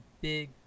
big